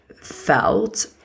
felt